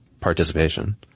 participation